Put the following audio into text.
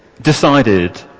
decided